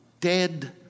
Dead